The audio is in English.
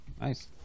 nice